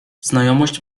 znajomość